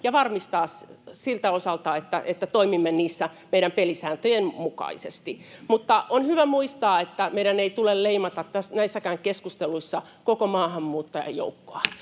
ja varmistaa siltä osalta, että toimimme niissä meidän pelisääntöjen mukaisesti. On hyvä muistaa, että meidän ei tule leimata näissäkään keskusteluissa koko maahanmuuttajajoukkoa.